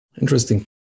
Interesting